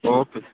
okay ਜੀ